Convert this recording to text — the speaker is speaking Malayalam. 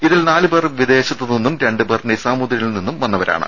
ഇതിൽ നാല് പേർ വിദേശത്തു നിന്നും രണ്ട് പേർ നിസാമദ്ദീനിൽ നിന്നും വന്നവരാണ്